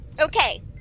Okay